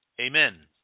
Amen